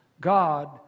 God